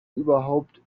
überhaupt